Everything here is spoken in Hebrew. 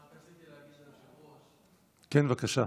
רק רציתי להגיד ליושב-ראש, כן, בבקשה.